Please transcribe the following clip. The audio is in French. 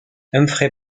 humphrey